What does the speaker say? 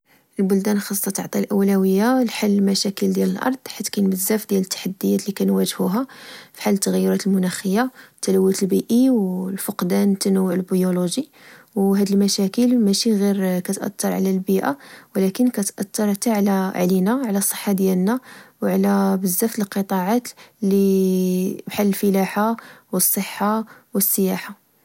البلدان خصها تعطي الأولوية لحل المشاكل ديال الأرض حيت كاين بزاف ديال التحديات اللي كنواجهوها، بحال التغيرات المناخية، التلوث البيئي، وفقدان التنوع البيولوجي. وهاد المشاكل ماشي غير كاتأثر على البيئة، ولكن كاتأثر تعلينا، على الصحة ديالنا، وعلى بزاف القطاعات بحال الفلاحة، و الصحة، والسياحة.